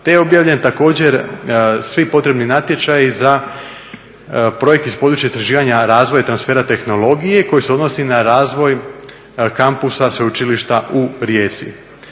Te je objavljen također, svi potrebni natječaji za projekt iz područja istraživanja razvoja i transfera tehnologije koji se odnosi na razvoj Kampusa, sveučilišta u Rijeci.